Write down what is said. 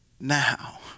now